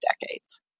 decades